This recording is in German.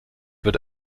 wird